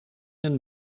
een